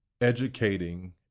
educating